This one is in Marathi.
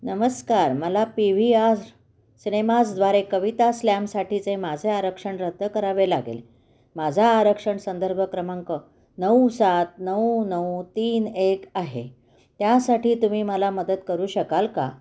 नमस्कार मला पी व्ही आर सिनेमाजद्वारे कविता स्लॅमसाठीचे माझे आरक्षण रद्द करावे लागेल माझा आरक्षण संदर्भ क्रमांक नऊ सात नऊ नऊ तीन एक आहे त्यासाठी तुम्ही मला मदत करू शकाल का